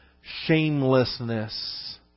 shamelessness